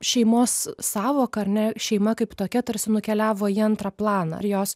šeimos sąvoka ar ne šeima kaip tokia tarsi nukeliavo į antrą planą ir jos